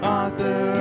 author